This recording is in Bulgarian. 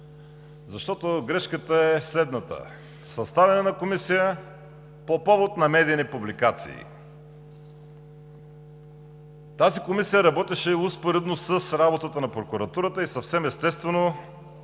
Защото грешката е следната: съставяне на Комисия по повод на медийни публикации. Тази комисия работеше успоредно с работата на прокуратурата и съвсем естествено